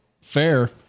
fair